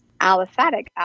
aliphatic